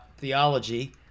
theology